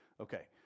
Okay